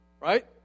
Right